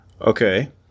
Okay